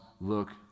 look